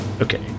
Okay